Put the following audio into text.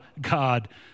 God